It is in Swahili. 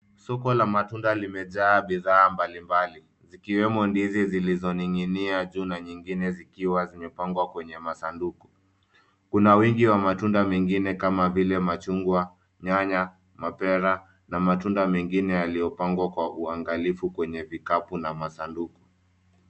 Soko la matunda limejaa bidhaa mbalimbali ablimbali. Zikiwemo ndizi zilizoning'inia juu na zingine zikiwa zimepangwa kwenye masanduku. Kuna wingi wa matunda mengine kama vile machungwa, nyanya, mapera na matunda mengine yaliyopangwa kwa uangalifu kwenye vikapu na masanduku.